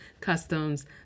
customs